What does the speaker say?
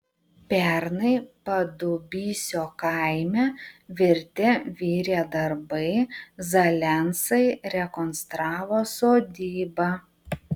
pernai padubysio kaime virte virė darbai zalensai rekonstravo sodybą